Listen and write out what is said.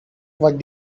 what